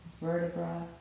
vertebra